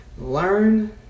Learn